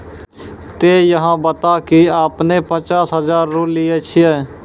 ते अहाँ बता की आपने ने पचास हजार रु लिए छिए?